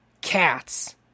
cats